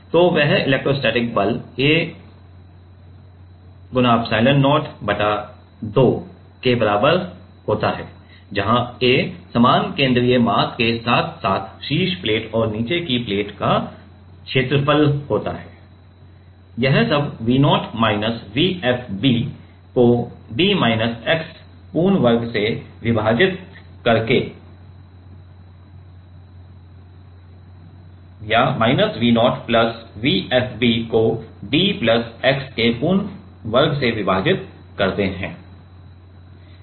तो वह इलेक्ट्रोस्टैटिक बल A एप्सिलॉन0 बटा 2 के बराबर होता है जहां A समान केंद्रीय मास के साथ साथ शीर्ष प्लेट और नीचे की प्लेट का क्षेत्र होता है यह सब V0 माइनस V FB को d माइनस x पूरे वर्ग से विभाजित करते है minus V0 plus V FB को d प्लस x पूरे वर्ग से विभाजित करते है